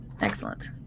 excellent